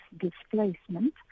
displacement